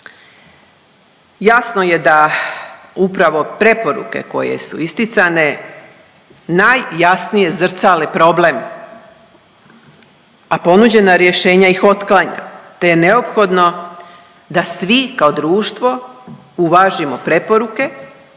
Jasno je da upravo preporuke koje su isticane najjasnije zrcale problem, a ponuđena rješenja ih otklanja te je neophodno da svi kao društvo uvažimo preporuke